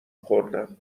خوردم